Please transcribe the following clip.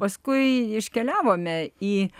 paskui iškeliavome į